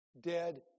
Dead